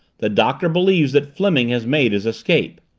the doctor believes that fleming has made his escape!